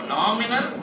nominal